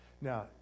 now